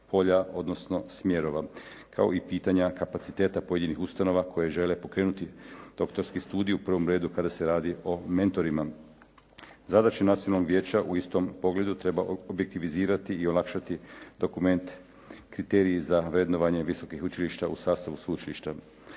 polja odnosno smjerova kao i pitanja kapaciteta pojedinih ustanova koje žele pokrenuti doktorski studij u prvom redu kada se radi o mentorima. Zadaća Nacionalnog vijeća u istom pogledu treba olakšati i objektivizirati dokument, kriterije za vrednovanje visokih učilišta u sastavu sveučilišta.